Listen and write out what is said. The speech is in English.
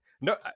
No